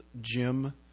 Jim